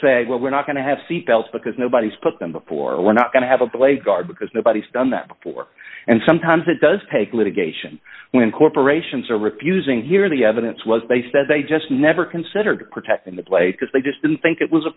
say well we're not going to have seatbelts because nobody's put them before we're not going to have a blade guard because nobody's done that before and sometimes it does take litigation when corporations are refusing here the evidence was they said they just never considered protecting the place because they just didn't think it was a